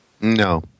No